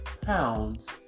pounds